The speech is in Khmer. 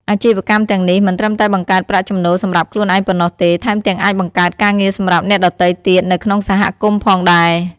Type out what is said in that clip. អាជីវកម្មទាំងនេះមិនត្រឹមតែបង្កើតប្រាក់ចំណូលសម្រាប់ខ្លួនឯងប៉ុណ្ណោះទេ ថែមទាំងអាចបង្កើតការងារសម្រាប់អ្នកដទៃទៀតនៅក្នុងសហគមន៍ផងដែរ។